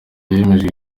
hemejwe